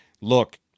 look